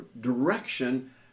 direction